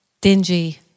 dingy